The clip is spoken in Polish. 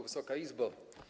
Wysoka Izbo!